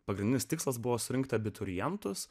pagrindinis tikslas buvo surinkti abiturientus